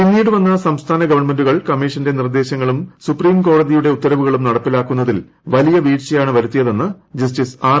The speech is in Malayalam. പിന്നീട് വന്ന സംസ്ഥാന ഗവൺമെൻ്റുകൾ കമ്മീഷൻ്റെ നിർദ്ദേശങ്ങളും സുപ്രീംകോടതിയുടെ ഉത്തരവുകളും നടപ്പിലാക്കുന്നതിൽ വലിയ വീഴ്ചയാണ് വരുത്തിയതെന്ന് ജസ്റ്റിസ് ആർ